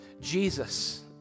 Jesus